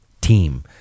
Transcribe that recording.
team